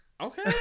okay